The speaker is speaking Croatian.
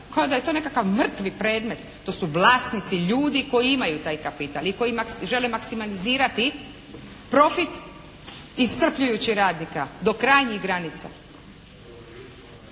kao da je to nekakav mrtvi predmet. To su vlasnici ljudi koji imaju taj kapital i koji žele maksimanizirati profit iscrpljujućih radnika do krajnjih granica.